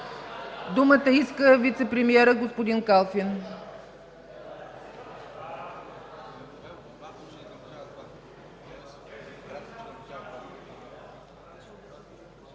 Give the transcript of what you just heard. Думата иска вицепремиерът господин Калфин.